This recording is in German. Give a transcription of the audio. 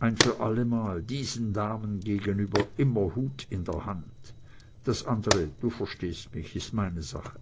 ein für allemal diesen damen gegenüber immer hut in hand das andere du verstehst mich ist meine sache